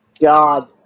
God